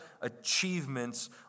achievements